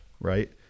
right